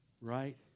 right